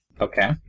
Okay